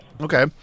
Okay